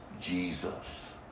Jesus